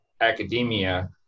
academia